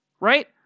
right